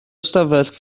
ystafell